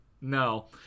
No